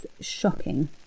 shocking